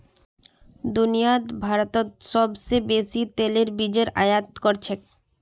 दुनियात भारतत सोबसे बेसी तेलेर बीजेर आयत कर छेक